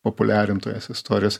populiarintojas istorijos